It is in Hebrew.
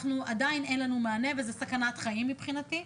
עדיין אין לנו מענה, וזו סכנת חיים מבחינתי,